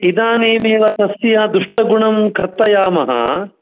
इदानीमेव तस्य दुष्टगुणं कर्तयामः